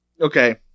Okay